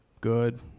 good